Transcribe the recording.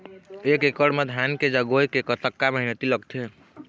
एक एकड़ म धान के जगोए के कतका मेहनती लगथे?